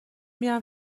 میرم